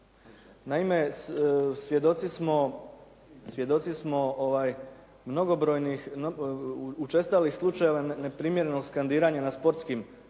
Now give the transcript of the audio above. Naime, svjedoci smo mnogobrojnih, učestalih slučajeva neprimjerenog skandiranja na sportskim